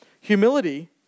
humility